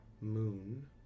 moon